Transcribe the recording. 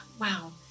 Wow